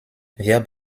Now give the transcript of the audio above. wir